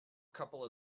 couple